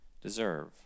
deserve